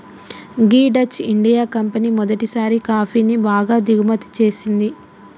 గీ Dutch India company మొదటిసారి కాఫీని బాగా దిగుమతి చేసింది